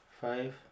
five